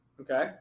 okay